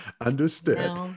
Understood